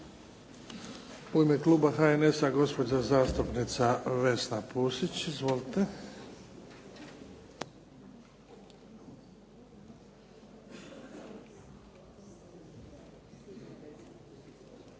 U ime kluba HNS-a, gospođa zastupnica Vesna Pusić. Izvolite.